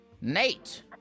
Nate